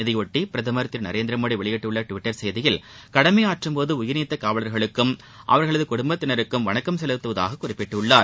இதையொட்டி பிரதமர் திரு நரேந்திரமோடி வெளியிட்டுள்ள டுவிட்டர் உயிர்நீத்த காவலர்களுக்கும் அவர்களது குடும்பத்தினருக்கும் வணக்கம் செலுத்துவதாக குறிப்பிட்டுள்ளார்